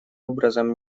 образом